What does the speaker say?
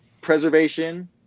preservation